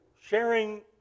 sharing